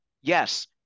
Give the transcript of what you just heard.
yes